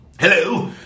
Hello